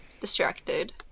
distracted